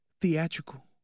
theatrical